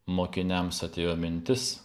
mokiniams atėjo mintis